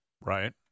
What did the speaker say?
Right